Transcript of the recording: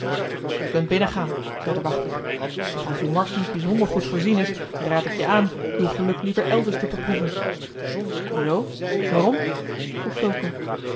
je kunt binnengaan zei de wachter doch als uwe mars niet bijzonder goed voorzien is raad ik je aan uw geluk liever elders te beproeven zoo waarom vroeg